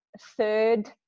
third